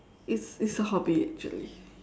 it's it's a hobby actually